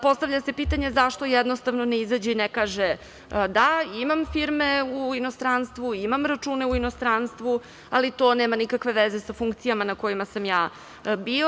Postavlja se pitanje zašto jednostavno ne izađe i ne kaže - da, imam firme u inostranstvu, imam račune u inostranstvu, ali to nema nikakve veze sa funkcijama na kojima sam ja bio.